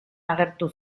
agertu